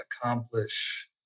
accomplish